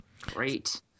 Great